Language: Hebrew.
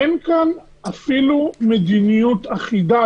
אין כאן אפילו מדיניות אחידה.